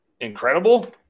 incredible